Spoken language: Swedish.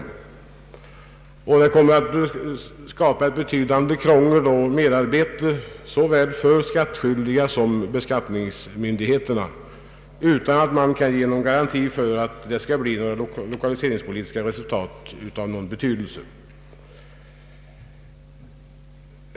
De kommer dessutom att skapa ett betydande krångel och merarbete för såväl de skattskyldiga som skattemyndigheterna, utan att man kan ge någon garanti för att man skall få några lokaliseringspolitiska resultat av betydelse.